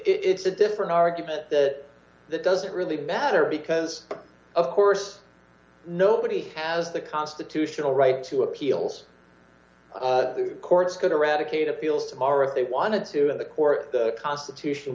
it's a different argument that that doesn't really better because of course nobody has the constitutional right to appeals the court's going to read a kate appeals tomorrow if they wanted to in the court the constitution